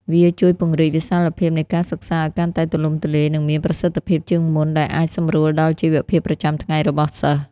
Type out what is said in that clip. វាជួយពង្រីកវិសាលភាពនៃការសិក្សាឱ្យកាន់តែទូលំទូលាយនិងមានប្រសិទ្ធភាពជាងមុន ដែលអាចសម្រួលដល់ជីវភាពប្រចាំថ្ងៃរបស់សិស្ស។